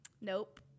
Nope